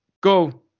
Go